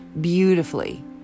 beautifully